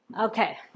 Okay